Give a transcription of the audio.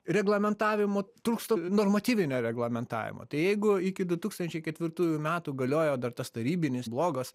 reglamentavimo trūksta normatyvinio reglamentavimo tai jeigu iki du tūkstančiai ketvirtųjų metų galiojo dar tas tarybinis blogas